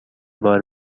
بار